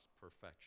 perfection